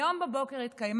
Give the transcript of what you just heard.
היום בבוקר התקיים